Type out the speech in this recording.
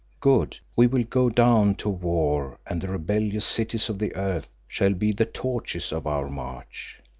good! we will go down to war and the rebellious cities of the earth shall be the torches of our march.